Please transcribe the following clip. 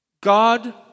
god